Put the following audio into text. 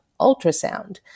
ultrasound